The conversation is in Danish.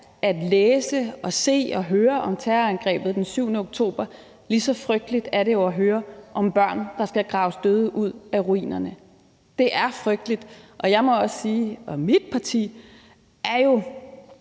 at læse om og se og høre om terrorangrebet den 7. oktober, lige så frygteligt er det jo at høre om børn, der skal graves døde ud af ruinerne. Det er frygteligt. Jeg må også sige, at jeg og mit parti jo